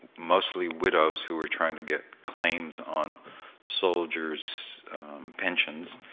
mostly widows who are trying to get claims on soldiers' pensions,